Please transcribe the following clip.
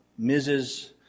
Mrs